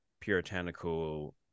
puritanical